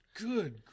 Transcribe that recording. Good